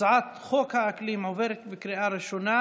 הצעת חוק האקלים עוברת בקריאה ראשונה